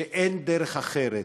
שאין דרך אחרת.